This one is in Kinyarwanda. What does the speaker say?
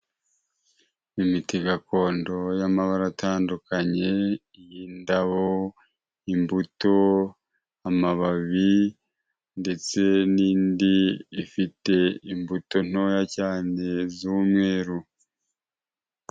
Imiti gakondo y'amabara atandukanye, iy'indabo, imbuto, amababi ndetse n'indi ifite imbuto ntoya cyane z'umweru.